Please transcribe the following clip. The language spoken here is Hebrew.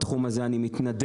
בתחום הזה אני מתנדב,